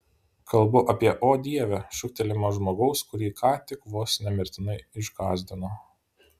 kalbu apie o dieve šūktelėjimą žmogaus kurį ką tik vos ne mirtinai išgąsdino